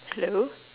hello